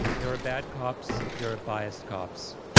there are bad cops. there are biased cops.